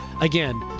again